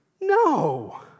no